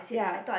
ya